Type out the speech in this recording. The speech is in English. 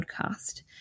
podcast